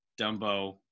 Dumbo